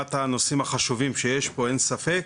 לעומת הנושאים החשובים שיש פה, אין ספק,